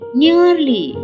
nearly